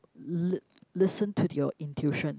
li~ listen to your intuition